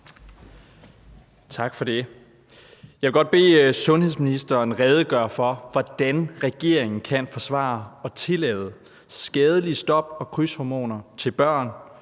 Tak for det. Jeg vil godt bede sundhedsministeren redegøre for dette: Hvordan kan regeringen forsvare at tillade skadelige stop- og krydshormoner til børn,